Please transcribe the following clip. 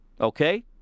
okay